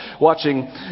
watching